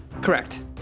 Correct